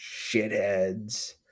shitheads